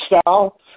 style